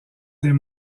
des